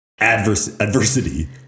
Adversity